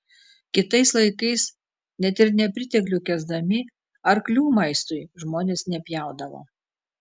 kitais laikais net ir nepriteklių kęsdami arklių maistui žmonės nepjaudavo